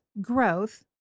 growth